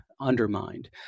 undermined